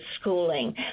schooling